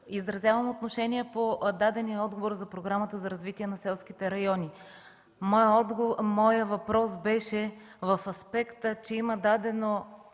Изразявам отношение по дадения отговор за Програмата за развитие на селските райони. Моят въпрос беше в аспект, че има дадено